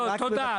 תודה.